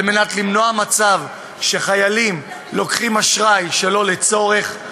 על מנת למנוע מצב שחיילים לוקחים אשראי שלא לצורך,